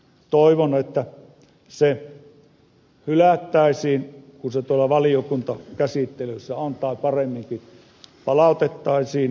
toivon että lakiesitys hylättäisiin kun se tuolla valiokuntakäsittelyssä on tai paremminkin palautettaisiin uudelleenvalmisteluun